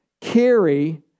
carry